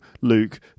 Luke